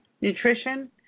nutrition